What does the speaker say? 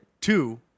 two